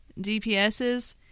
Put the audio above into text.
DPSs